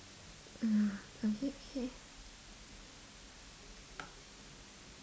uh okay okay